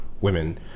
women